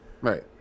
Right